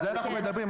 על זה אנחנו מדברים,